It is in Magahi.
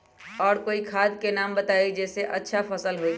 और कोइ खाद के नाम बताई जेसे अच्छा फसल होई?